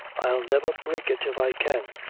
i'll never break it if i can.